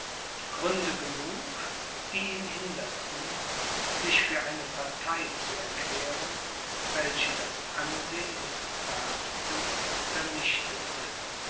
gründe genug die ihn hinderten sich für eine partei zu erklären welche das ansehen des papstes zernichtete